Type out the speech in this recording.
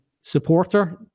supporter